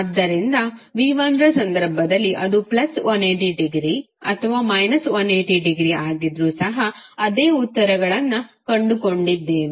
ಆದ್ದರಿಂದ v1 ರ ಸಂದರ್ಭದಲ್ಲಿ ಅದು ಪ್ಲಸ್ 180 ಡಿಗ್ರಿ ಅಥವಾ ಮೈನಸ್ 180 ಡಿಗ್ರಿ ಆಗಿದ್ರು ಸಹ ಅದೇ ಉತ್ತರಗಳನ್ನು ಕಂಡುಕೊಂಡಿದ್ದೇವೆ